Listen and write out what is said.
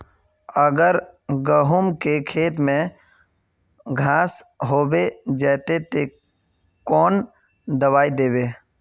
अगर गहुम के खेत में घांस होबे जयते ते कौन दबाई दबे?